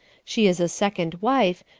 she is a second wife,